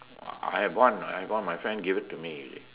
!wah! I have one I have one my friend gave it to me